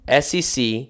SEC